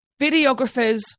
videographers